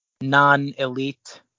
non-elite